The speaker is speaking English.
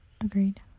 Agreed